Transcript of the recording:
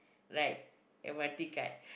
like M_R_T card